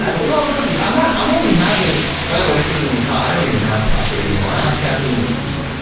and small doses. i'm not i'm only having by the way this isn't even co i don't even have coffee anymore, i have caffeine with tea.